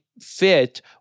fit